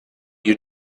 you